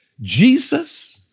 Jesus